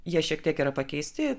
jie šiek tiek yra pakeisti